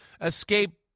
escape